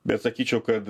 bet sakyčiau kad